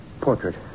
portrait